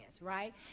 right